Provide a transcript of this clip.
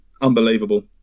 unbelievable